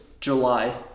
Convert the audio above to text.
July